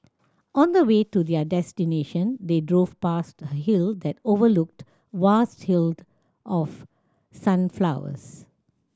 on the way to their destination they drove past a hill that overlooked vast field of sunflowers